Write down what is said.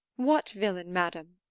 what villain, madam?